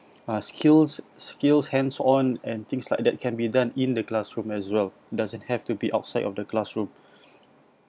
our skills skills hands-on and things like that can be done in the classroom as well doesn't have to be outside of the classroom